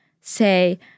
say